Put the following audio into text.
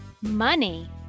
money